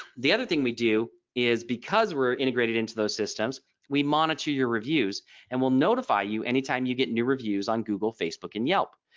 the other thing we do is because we're integrated into those systems we monitor your reviews and we'll notify you anytime you get new reviews on google facebook and yelp.